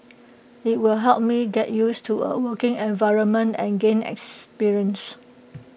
IT will help me get used to A working environment and gain experience